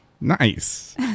Nice